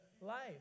life